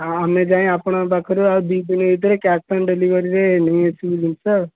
ହଁ ଆମେ ଯାଇ ଆପଣଙ୍କ ପାଖରୁ ଆଉ ଦୁଇ ଦିନ ଭିତରେ କ୍ୟାସ୍ ଅନ୍ ଡେଲିଭରିରେ ନେଇ ଆସିବୁ ଜିନିଷ